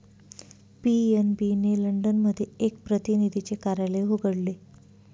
PNB ने London मध्ये एक प्रतिनिधीचे कार्यालय उघडले